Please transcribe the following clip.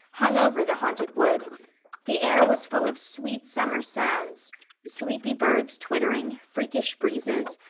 hung over the haunted wood the air was full of sweet summer sounds sleepy birds twittering, freakish breezes,